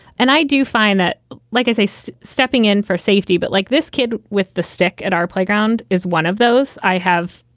and i do find that like as a so stepping in for safety. but like this kid with the stick at our playground is one of those i have,